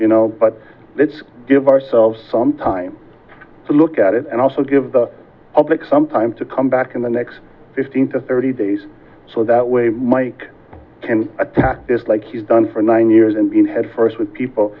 untested but let's give ourselves some time to look at it and also give the public some time to come back in the next fifteen to thirty days so that we mike can attack this like he's done for nine years and be in head first with people